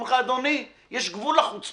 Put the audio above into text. אומרים לך, אדוני, יש גבול לחוצפה.